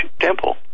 Temple